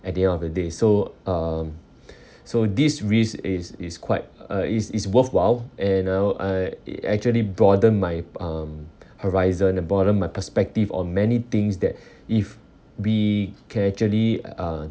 at the end of the day so um so this risk is is quite uh is is worthwhile and uh I it actually broaden my um horizon and broaden my perspective on many things that if we can actually uh